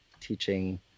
teaching